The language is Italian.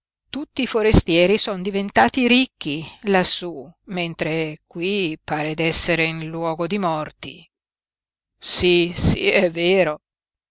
tutti i forestieri son diventati ricchi lassú mentre qui pare d'essere in luogo di morti sí sí è vero